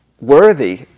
worthy